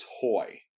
toy